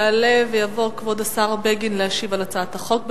יעלה ויבוא כבוד השר בגין להשיב על הצעת החוק.